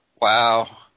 wow